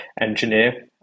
engineer